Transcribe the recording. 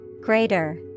Greater